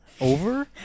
Over